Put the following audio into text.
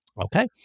okay